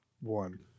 one